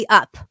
up